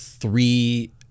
Three